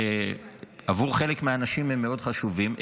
שעבור חלק מהאנשים הם מאוד חשובים,